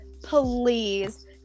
please